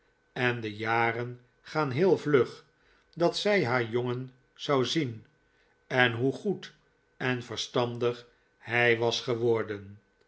en de jaren gaan heel vlug dat zij haar jongen zou zien en hoe goed en verstandig hij was geworden